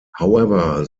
however